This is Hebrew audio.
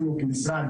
אנחנו כמשרד,